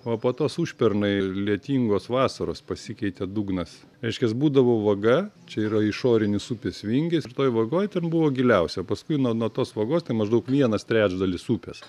o po tos užpernai lietingos vasaros pasikeitė dugnas reiškias būdavo vaga čia yra išorinis upės vingis ir toj vagoj ten buvo giliausia o paskui nuo nuo tos vagos tai maždaug vienas trečdalis upės